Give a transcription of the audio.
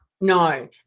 No